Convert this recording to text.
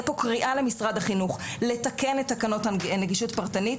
פה קריאה למשרד החינוך לתקן את תקנות נגישות פרטנית.